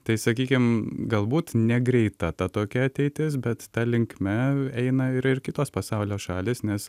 tai sakykim galbūt negreita ta tokia ateitis bet ta linkme eina ir ir kitos pasaulio šalys nes